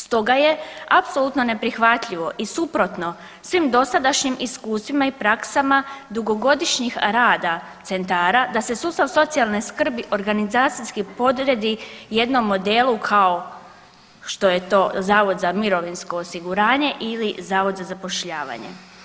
Stoga je apsolutno neprihvatljivo i suprotno svim dosadašnjim iskustvima i praksama dugogodišnjih rada centara da se sustav socijalne skrbi organizacijski podredi jednom modelu kao što je to Zavod za mirovinsko osiguranje ili Zavod za zapošljavanje.